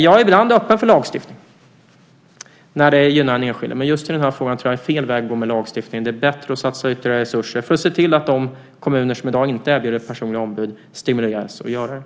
Jag är ibland för lagstiftning när det gynnar den enskilda, men just här tror jag att det är fel att gå in med lagstiftning. Det vore bättre att satsa ytterligare resurser och se till att de kommuner som i dag inte erbjuder personliga ombud stimuleras att göra det.